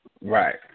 Right